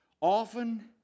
Often